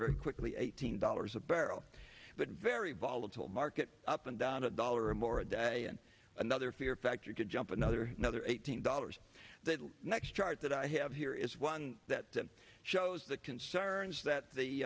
very quickly eighteen dollars a barrel but very volatile market up and down a dollar or more a day and another fear factor could jump another another eighteen dollars that next chart that i have here is one that that shows the concerns th